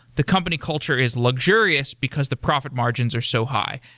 the company culture is luxurious, because the profit margins are so high.